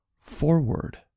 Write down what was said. forward